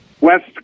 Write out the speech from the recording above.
West